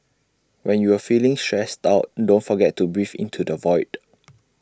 when you are feeling stressed out don't forget to breathe into the void